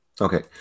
Okay